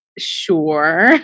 Sure